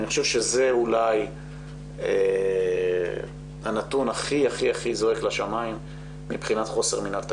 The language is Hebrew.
אני חושב שזה אולי הנתון הכי זועק לשמיים מבחינת חוסר מנהל תקין.